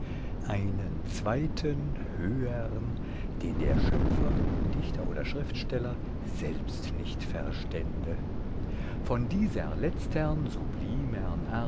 einen zweiten höhern den der schöpfer dichter oder schriftsteller selbst nicht verstände von dieser letztern